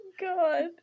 God